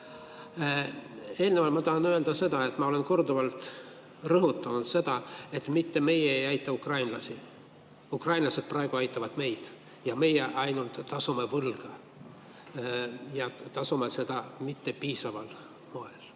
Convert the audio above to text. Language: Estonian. Eelnevalt ma tahan öelda seda, et ma olen korduvalt rõhutanud, et mitte meie ei aita ukrainlasi. Ukrainlased praegu aitavad meid ja meie ainult tasume võlga, ja tasume seda mitte piisaval moel.